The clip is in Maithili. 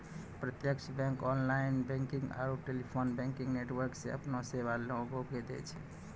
प्रत्यक्ष बैंक ऑनलाइन बैंकिंग आरू टेलीफोन बैंकिंग नेटवर्को से अपनो सेबा लोगो के दै छै